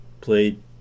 played